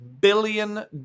billion